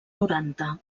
noranta